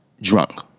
drunk